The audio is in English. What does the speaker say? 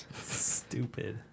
Stupid